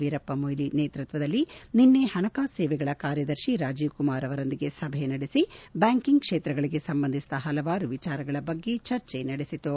ವೀರಪ್ಪ ಮೊಯ್ಲಿ ನೇತೃತ್ವದಲ್ಲಿ ನಿನ್ನೆ ಹಣಕಾಸು ಸೇವೆಗಳ ಕಾರ್ಯದರ್ಶಿ ರಾಜೀವ್ ಕುಮಾರ್ ಅವರೊಂದಿಗೆ ಸಭೆ ನಡೆಸಿ ಬ್ವಾಂಕಿಂಗ್ ಕ್ಷೇತ್ರಗಳಿಗೆ ಸಂಬಂಧಿಸಿದ ಹಲವಾರು ವಿಚಾರಗಳ ಬಗ್ಗೆ ಚರ್ಚೆ ನಡೆಸಿತು